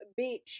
bitch